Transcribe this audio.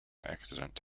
accident